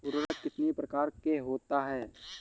उर्वरक कितनी प्रकार के होता हैं?